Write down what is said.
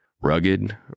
Rugged